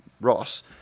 Ross